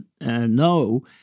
no